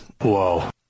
Whoa